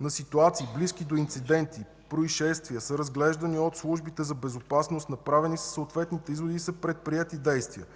на ситуации, близки до инциденти и произшествия, са разглеждани от службите за безопасност. Направени са съответните изводи и са предприети действия.